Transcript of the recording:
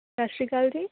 ਸਤਿ ਸ਼੍ਰੀ ਅਕਾਲ ਜੀ